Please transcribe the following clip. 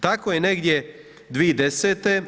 Tako je negdje 2010.